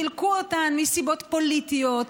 חילקו אותן מסיבות פוליטיות,